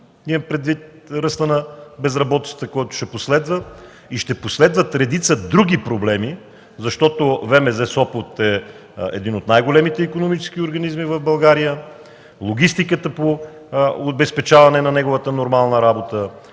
имам предвид ръстът на безработицата, който ще последва. Ще последват и редица други проблеми, защото ВМЗ – Сопот е един от най-големите икономически организми в България, свързани с логистиката по обезпечаване на неговата нормална работа,